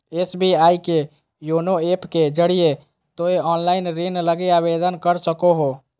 SBI के YONO app के जरिए तोय ऑनलाइन ऋण लगी आवेदन कर सको हो